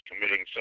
committing